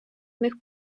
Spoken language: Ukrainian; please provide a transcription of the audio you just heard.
них